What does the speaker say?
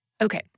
Okay